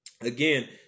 again